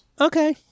Okay